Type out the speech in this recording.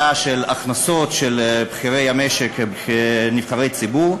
של ההכנסות של בכירי המשק ונבחרי ציבור,